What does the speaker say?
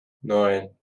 neun